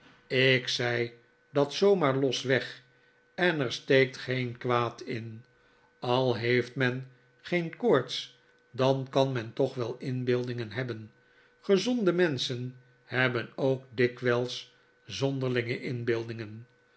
ik zei dat zoo maar los weg en er steekt geen kwaad in al heeft men geen koorts dan kan men toch wel inbeeldingen hebben gezonde menschen hebben ook dikwijls zonderlinge inbeeldingen